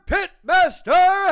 Pitmaster